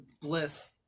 bliss